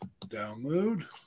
Download